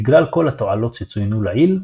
בגלל כל התועלות שצוינו לעיל,